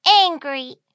angry